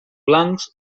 blancs